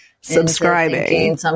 subscribing